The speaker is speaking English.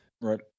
Right